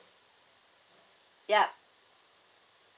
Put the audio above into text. yup